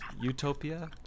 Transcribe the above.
utopia